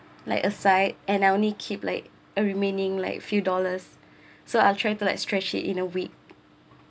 like aside and I only keep like a remaining like few dollars so I'll try to like stretch it in a week